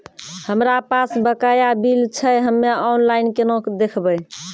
हमरा पास बकाया बिल छै हम्मे ऑनलाइन केना देखबै?